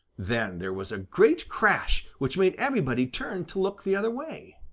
then there was a great crash which made everybody turn to look the other way.